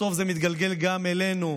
בסוף זה מתגלגל גם אלינו,